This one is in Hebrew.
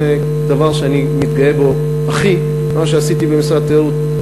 זה דבר שאני הכי מתגאה בו במה שעשיתי במשרד התיירות.